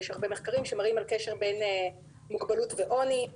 יש הרבה מחקרים שמראים על קשר בין מוגבלות ועוני.